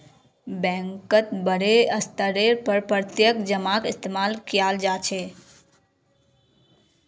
बैंकत बडे स्तरेर पर प्रत्यक्ष जमाक इस्तेमाल कियाल जा छे